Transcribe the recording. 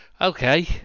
okay